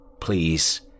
please